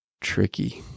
tricky